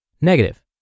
Negative